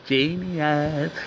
Genius